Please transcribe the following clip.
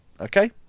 Okay